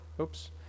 Oops